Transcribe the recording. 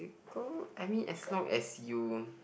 physical I mean as long as you